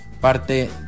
parte